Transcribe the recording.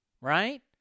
right